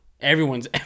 everyone's